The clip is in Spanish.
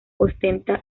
ostenta